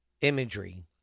imagery